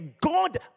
God